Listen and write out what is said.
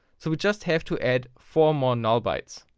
so we just have to add four more nullbytes.